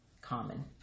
common